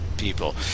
people